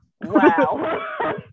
Wow